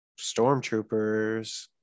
Stormtroopers